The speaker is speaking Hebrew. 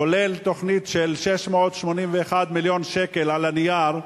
כולל תוכנית של 681 מיליון שקל על הנייר,